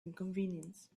inconvenience